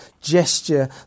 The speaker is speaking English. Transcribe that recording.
gesture